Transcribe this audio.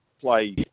play